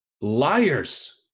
Liars